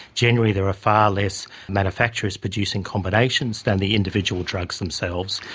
generally there are far less manufacturers producing combinations than the individual drugs themselves.